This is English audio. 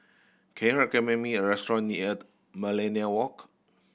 can you recommend me a restaurant near Millenia Walk